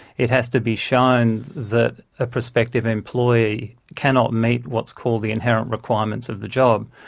it has to be shown that a prospective employee cannot meet what's called the inherent requirements of the job,